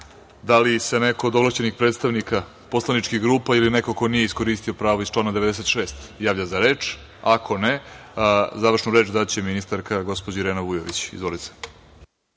da li se neko od ovlašćenih predstavnika poslaničkih grupa ili neko ko nije iskoristio pravo iz člana 96. javlja za reč? (Ne.)Ako ne, završnu reč daće ministarka gospođa Irena Vujović. Izvolite.